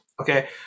okay